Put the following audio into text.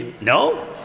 No